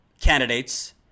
candidates